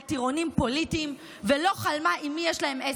טירונים פוליטיים ולא חלמה עם מי יש להם עסק.